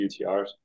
UTRs